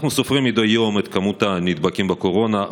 אנחנו סופרים מדי יום את מספר הנדבקים בקורונה,